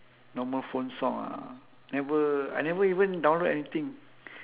normal phone song ah never I never even download anything